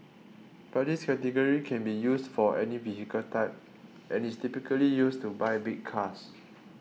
but this category can be used for any vehicle type and is typically used to buy big cars